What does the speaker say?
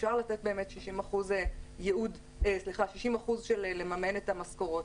אפשר לתת 60% מימון משכורות,